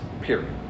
period